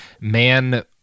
man